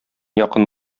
якын